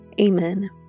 Amen